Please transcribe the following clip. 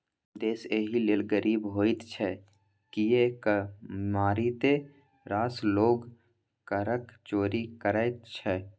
देश एहि लेल गरीब होइत छै किएक मारिते रास लोग करक चोरि करैत छै